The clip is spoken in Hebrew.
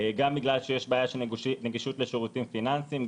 גם בגלל שיש בעיה של נגישות לשירותים פיננסיים,